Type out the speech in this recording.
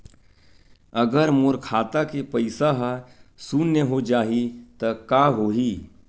अगर मोर खाता के पईसा ह शून्य हो जाही त का होही?